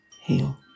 heal